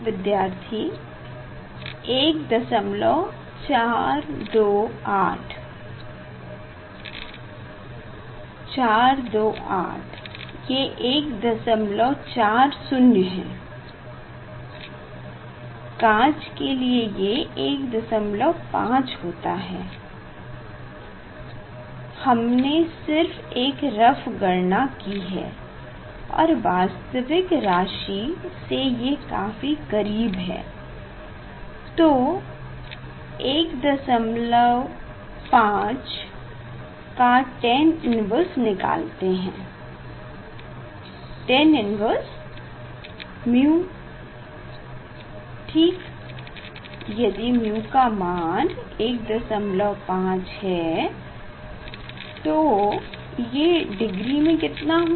विद्यार्थी 1428 एक एक दसमलव 428 428 ये 140 है काँच के लिए ये 15 होता है हमने सिर्फ एक रफ गणना की है और वास्तविक राशि से ये काफी करीब है तो एक दशमलव 5 का tan इनवर्स निकलते हैं tan इन्वेर्स μ ठीक यदि μ का मान 15 है तो ये डिग्री में कितना हुआ